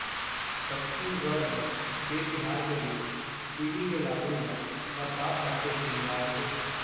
छत्तीसगढ़ म ए तिहार के दिन तिली के लाडू ल परसाद बाटे के रिवाज हे